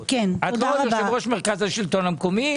שאלות לאגף התקציבים.